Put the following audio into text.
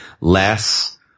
less